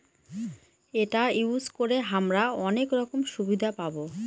এটা ইউজ করে হামরা অনেক রকম সুবিধা পাবো